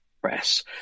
press